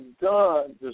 done